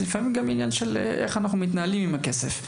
לפעמים זה גם עניין איך אנחנו מתנהלים עם הכסף.